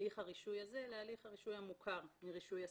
הליך הרישוי הזה להליך הרישוי המוכר מרישוי עסקים.